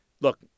look